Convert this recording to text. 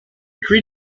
tree